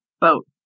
boat